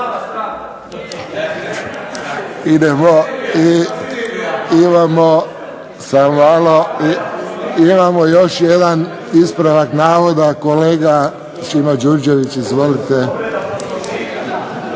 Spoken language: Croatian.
(HSS)** Imamo samo malo, imamo još jedan ispravak navoda kolega Šimo Đurđević. Izvolite.